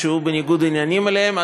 שהוא בניגוד עניינים לגביהן.